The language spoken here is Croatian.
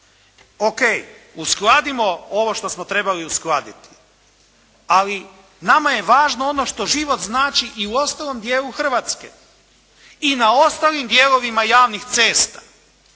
O.k., uskladimo ovo što smo trebali uskladiti, ali nama je važno ono što život znači i u ostalom dijelu Hrvatske i na ostalim dijelovima javnih cesta.